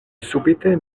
subite